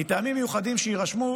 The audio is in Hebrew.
מטעמים מיוחדים שיירשמו,